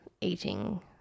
eating